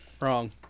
Wrong